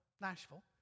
Nashville